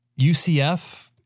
UCF